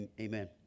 Amen